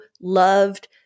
loved